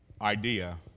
idea